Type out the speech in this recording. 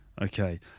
Okay